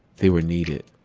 they were needed.